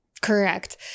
Correct